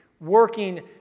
working